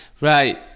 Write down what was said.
Right